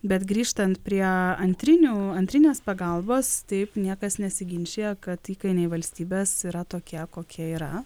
bet grįžtant prie antrinių antrinės pagalbos taip niekas nesiginčija kad įkainiai valstybės yra tokie kokie yra